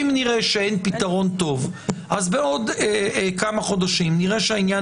אם נראה שאין פתרון טוב אז בעוד כמה חודשים נראה שהעניין